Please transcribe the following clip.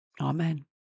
Amen